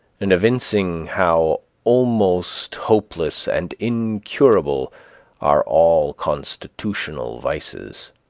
and evincing how almost hopeless and incurable are all constitutional vices.